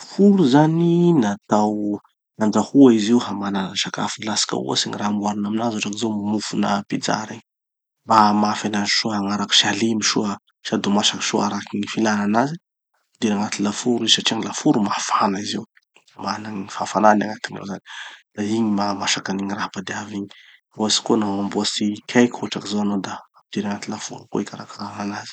[la]foro zany natao nandrahoa izy io hamanana sakafo. Alatsika ohatsy gny raha amboarina aminazy hotraky zao mofona pizza regny. Mba hahamafy anazy soa hagnaraky sy halemy soa sady masaky soa araky gny filàna anazy, de agnaty laforo izy satria gny laforo mafana izy io. Mana gny fahafanany agnatiny ao zany. De igny maha masaky gny raha padiavy igny. Ohatsy koa no hamboatsy cake hotraky zao hanao da ampidiry agnaty laforo koa hikarakarana anazy.